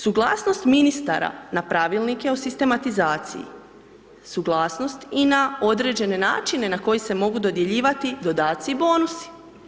Suglasnost ministara na pravilnike o sistematizaciji, suglasnost i na određene načine na koji se mogu dodjeljivati dodaci i bonusi.